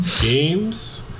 games